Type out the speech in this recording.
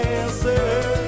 answer